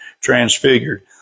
transfigured